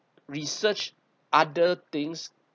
research other things